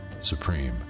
supreme